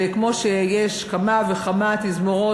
שכמו שיש כמה וכמה תזמורות,